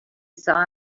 saw